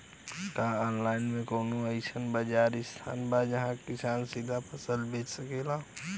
का आनलाइन मे कौनो अइसन बाजार स्थान बा जहाँ किसान सीधा फसल बेच सकेलन?